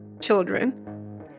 children